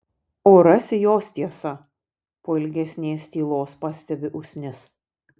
o rasi jos tiesa po ilgesnės tylos pastebi usnis